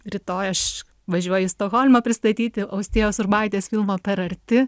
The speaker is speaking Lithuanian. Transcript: rytoj aš važiuoju į stokholmą pristatyti austėjos urbaitės filmo per arti